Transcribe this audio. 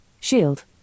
shield